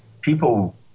people